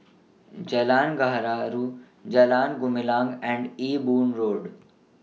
Jalan Gaharu Jalan Gumilang and Ewe Boon Road